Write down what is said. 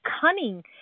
cunning